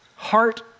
heart